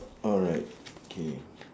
alright okay